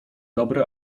dobre